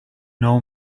know